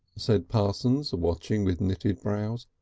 said parsons, watching with knitted brows.